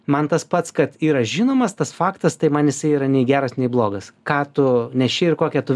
man tas pats kad yra žinomas tas faktas tai man jisai yra nei geras nei blogas ką tu neši ir kokią tu